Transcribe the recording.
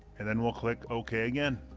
and then we'll click ok again.